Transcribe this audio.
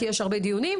כי יש הרבה דיונים.